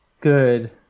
good